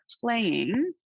playing